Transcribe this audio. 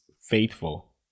faithful